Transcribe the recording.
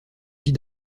vie